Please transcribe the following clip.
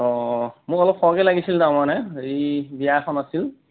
অ মোক অলপ সৰহকৈ লাগিছিল তাৰমানে এই বিয়া এখন আছিল